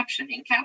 Captioning